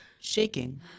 shaking